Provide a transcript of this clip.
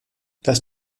das